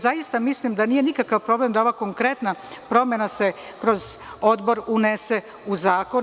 Zaista mislim da nije nikakav problem da se ova konkretna promena kroz odbor unese u zakon.